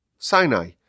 Sinai